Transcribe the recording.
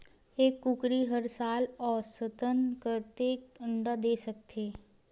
एक कुकरी हर साल औसतन कतेक अंडा दे सकत हे?